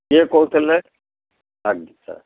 କିଏ କହୁଥିଲେ ଆଚ୍ଛା